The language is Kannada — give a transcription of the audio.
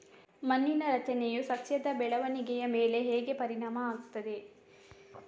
ಮಣ್ಣಿನ ರಚನೆಯು ಸಸ್ಯದ ಬೆಳವಣಿಗೆಯ ಮೇಲೆ ಹೇಗೆ ಪರಿಣಾಮ ಆಗ್ತದೆ?